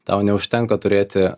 tau neužtenka turėti